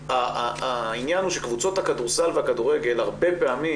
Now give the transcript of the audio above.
העניין הוא שקבוצות הכדורסל והכדורגל הרבה פעמים,